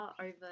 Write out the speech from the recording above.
over